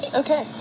okay